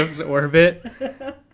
orbit